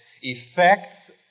effects